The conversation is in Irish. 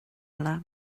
eile